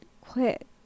quit